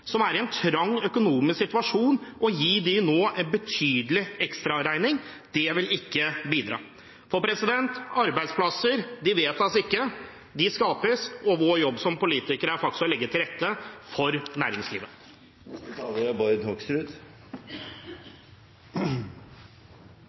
som er i en trang økonomisk situasjon, å gi dem en betydelig ekstraregning. Det vil ikke bidra. For arbeidsplasser vedtas ikke; de skapes. Og vår jobb som politikere er faktisk å legge til rette for næringslivet.